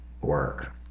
work